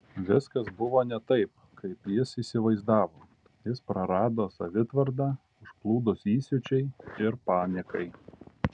viskas buvo ne taip kaip jis įsivaizdavo jis prarado savitvardą užplūdus įsiūčiui ir panikai